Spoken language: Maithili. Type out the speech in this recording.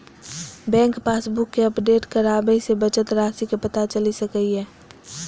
बैंक पासबुक कें अपडेट कराबय सं बचत राशिक पता चलि सकैए